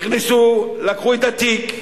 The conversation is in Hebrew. לקחו את התיק,